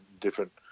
different